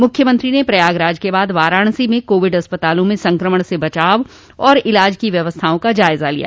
मुख्यमंत्री ने प्रयागराज के बाद वाराणसी में कोविड अस्पतालों में संक्रमण से बचाव और इलाज की व्यवस्थाओं का जायजा लिया